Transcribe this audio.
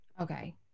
Okay